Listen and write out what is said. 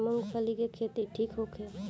मूँगफली के खेती ठीक होखे?